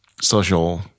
social